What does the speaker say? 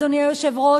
אדוני היושב-ראש,